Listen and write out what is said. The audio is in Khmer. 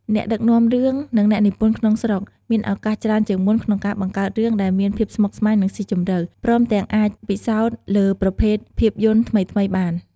អ្នកដឹកនាំរឿង និងអ្នកនិពន្ធក្នុងស្រុកមានឱកាសច្រើនជាងមុនក្នុងការបង្កើតរឿងដែលមានភាពស្មុគស្មាញ និងស៊ីជម្រៅ ព្រមទាំងអាចពិសោធន៍លើប្រភេទភាពយន្តថ្មីៗបាន។